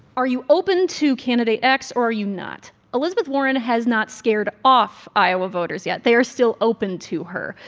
are you open to candidate x or are you not? elizabeth warren has not scared off iowa voters yet. they are still open to her.